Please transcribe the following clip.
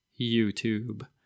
YouTube